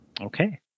Okay